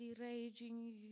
raging